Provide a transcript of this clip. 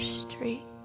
street